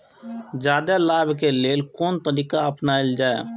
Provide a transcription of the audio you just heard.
जादे लाभ के लेल कोन तरीका अपनायल जाय?